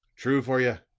true for ye,